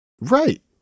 right